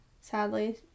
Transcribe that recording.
sadly